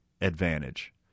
advantage